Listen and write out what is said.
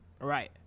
Right